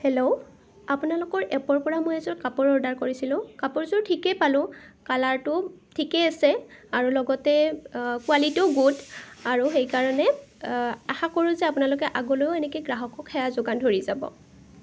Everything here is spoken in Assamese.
হেল্ল' আপোনালোকৰ এপৰ পৰা মই এযোৰ কাপোৰ অৰ্ডাৰ কৰিছিলোঁ কাপোৰযোৰ ঠিকেই পালোঁ কালাৰটো ঠিকেই আছে আৰু লগতে কোৱালিটিও গুড আৰু এই কাৰণে আশা কৰোঁ যে আপোনালোকে আগলৈও এনেকৈ গ্ৰাহকক সেৱা যোগান ধৰি যাব